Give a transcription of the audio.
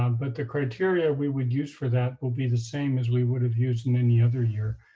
um but the criteria we would use for that will be the same as we would have used in any other year.